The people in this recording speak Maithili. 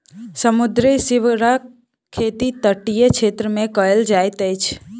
समुद्री सीवरक खेती तटीय क्षेत्र मे कयल जाइत अछि